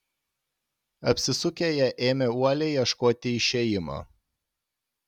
apsisukę jie ėmė uoliai ieškoti išėjimo